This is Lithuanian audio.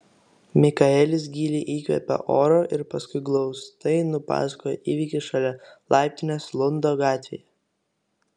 mikaelis giliai įkvėpė oro ir paskui glaustai nupasakojo įvykį šalia laiptinės lundo gatvėje